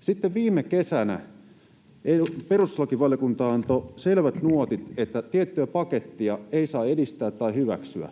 Sitten viime kesänä perustuslakivaliokunta antoi selvät nuotit, että tiettyä pakettia ei saa edistää tai hyväksyä,